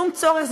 שום צורך,